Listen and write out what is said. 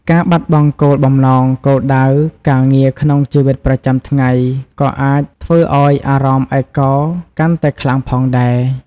ការបាត់បង់គោលបំណង គោលដៅ ការងារក្នុងជីវិតប្រចាំថ្ងៃក៏អាចធ្វើឱ្យអារម្មណ៍ឯកោកាន់តែខ្លាំងផងដែរ។